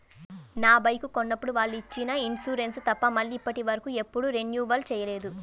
నా బైకు కొన్నప్పుడు వాళ్ళు ఇచ్చిన ఇన్సూరెన్సు తప్ప మళ్ళీ ఇప్పటివరకు ఎప్పుడూ రెన్యువల్ చేయలేదు